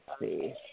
see